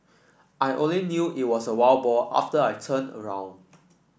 I only knew it was a wild boar after I turned around